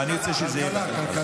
אני לא יודע איזו ועדה רלוונטית.